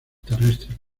terrestres